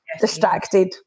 distracted